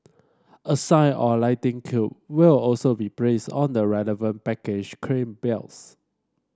a sign or lightning cube will also be placed on the relevant baggage claim belts